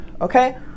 Okay